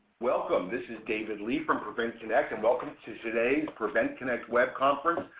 welcome, this is david lee from prevent connect and welcome to today's prevent connect web conference,